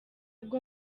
bwo